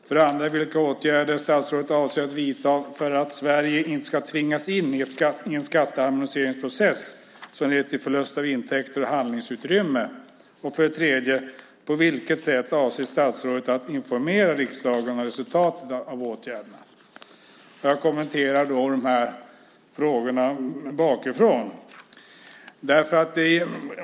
För det andra var det vilka åtgärder statsrådet avser att vidta för att Sverige inte ska tvingas in i en skatteharmoniseringsprocess som leder till förlust av intäkter och handlingsutrymme. För det tredje var det på vilket sätt statsrådet avser att informera riksdagen om resultatet av åtgärderna. Jag kommenterar frågorna bakifrån.